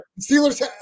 Steelers –